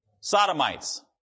Sodomites